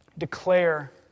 Declare